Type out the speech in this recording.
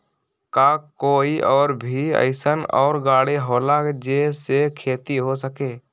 का कोई और भी अइसन और गाड़ी होला जे से खेती हो सके?